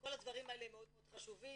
כל הדברים האלה הם מאוד מאוד חשובים